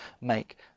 make